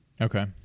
Okay